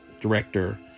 director